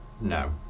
No